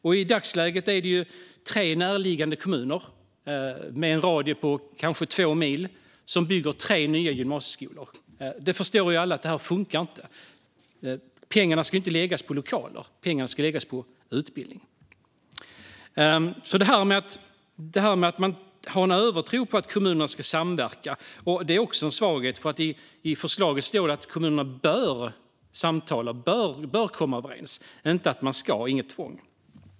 I dagsläget är det tre närliggande kommuner inom en radie på kanske två mil som bygger tre nya gymnasieskolor. Alla förstår att det här inte funkar. Pengarna ska ju inte läggas på lokaler; pengarna ska läggas på utbildning. Det finns en övertro på att kommunerna ska samverka, och det är en svaghet. I förslaget står att kommunerna bör samtala och bör komma överens - inte att de ska. Det är inget tvång.